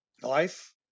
Life